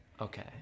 Okay